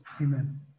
Amen